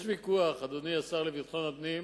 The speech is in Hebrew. יש ויכוח, אדוני השר לביטחון הפנים,